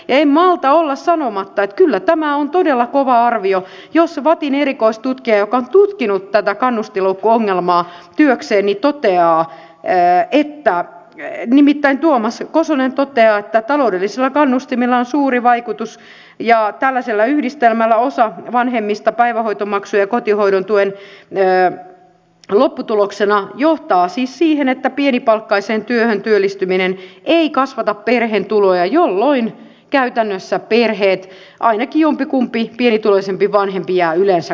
en malta olla sanomatta että on kyllä todella kova arvio jos vattin erikoistutkija joka on tutkinut tätä kannustinloukkuongelmaa työkseenni toteaa järki ja ne työkseen tuomas kosonen toteaa että taloudellisilla kannustimilla on suuri vaikutus ja osalla vanhemmista tällainen päivähoitomaksun ja kotihoidontuen yhdistelmä johtaa lopputuloksena siihen että pienipalkkaiseen työhön työllistyminen ei kasvata perheen tuloja jolloin käytännössä perheissä ainakin jompikumpi yleensä pienituloisempi vanhempi jää kotiin